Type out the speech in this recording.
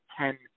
ten